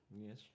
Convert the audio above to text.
Yes